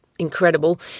incredible